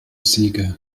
siege